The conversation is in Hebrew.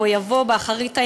בוא יבוא באחרית הימים.